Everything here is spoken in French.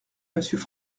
monsieur